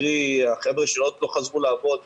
קרי החבר'ה שעוד לא חזרו לעבוד מהתיירות,